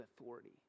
authority